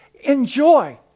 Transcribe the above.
Enjoy